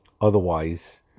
Otherwise